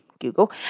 Google